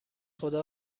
خدا